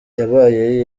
yabaye